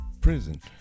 prison